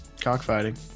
Cockfighting